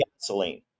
gasoline